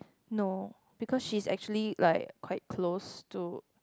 no because she is actually like quite close to